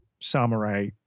samurai